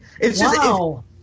Wow